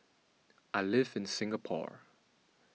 I live in Singapore